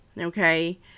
Okay